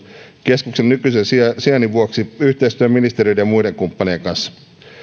keskuksen nykyisen sijainnin vuoksi yhteistyö ministeriöiden ja muiden kumppanien kanssa